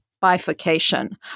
bifurcation